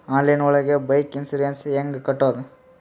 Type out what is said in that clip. Online ಒಳಗೆ bike insurance ಹ್ಯಾಂಗ್ ಕಟ್ಟುದು?